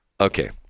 Okay